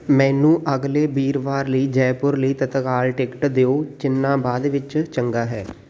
ਮੈਨੂੰ ਅਗਲੇ ਵੀਰਵਾਰ ਲਈ ਜੈਪੁਰ ਲਈ ਤਤਕਾਲ ਟਿਕਟ ਦਿਉ ਜਿੰਨਾ ਬਾਅਦ ਵਿੱਚ ਚੰਗਾ ਹੈ